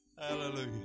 Hallelujah